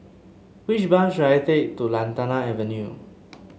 which bus should I take to Lantana Avenue